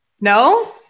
No